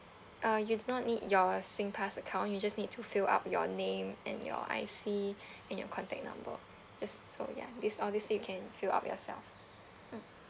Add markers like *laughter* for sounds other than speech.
uh you do not need your SINGPASS account you just need to fill up your name and your I_C *breath* and your contact number just so ya these all these field you can fill up yourself mm